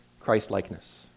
Christ-likeness